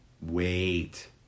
Wait